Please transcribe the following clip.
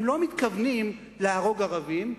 הם לא מתכוונים להרוג ערבים,